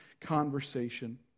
conversation